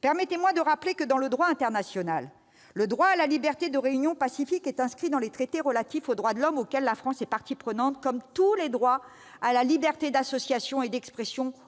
Permettez-moi de rappeler que, en droit international, le droit à la liberté de réunion pacifique est inscrit dans les traités relatifs aux droits de l'homme auxquels la France est partie, comme les droits à la liberté d'association et à la liberté